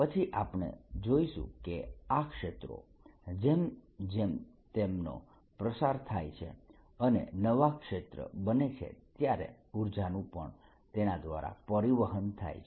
પછી આપણે જોઈશું કે આ ક્ષેત્રો જેમ જેમ તેમનો પ્રસાર થાય છે અને નવા ક્ષેત્ર બને છે ત્યારે ઉર્જાનું પણ તેના દ્વારા પરિવહન થાય છે